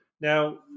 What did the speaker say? Now